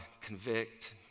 convict